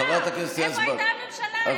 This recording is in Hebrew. איפה הייתה הממשלה?